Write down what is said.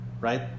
right